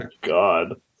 God